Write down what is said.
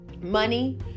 money